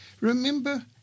remember